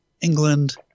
England